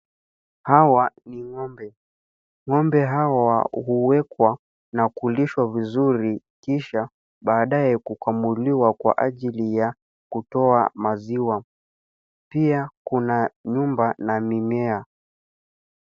Hawa ni ng'ombe. Ng'ombe hawa huwekwa na kulishwa vizuri kisha baadae kukamuliwa kwa ajili ya kutoa maziwa. Pia kuna nyumba na mimea.